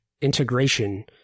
integration